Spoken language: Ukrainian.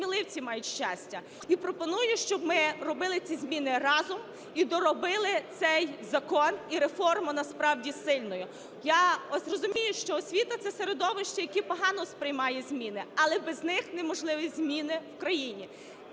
сміливці мають щастя. І пропоную, щоб ми робили ці зміни разом, і доробили цей закон і реформу насправді сильною. Я розумію, що освіта – це середовище, яке погано сприймає зміни. Але без них неможливі зміни в країні.